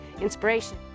inspiration